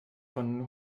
von